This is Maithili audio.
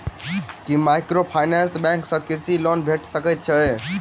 की माइक्रोफाइनेंस बैंक सँ कृषि लोन भेटि सकैत अछि?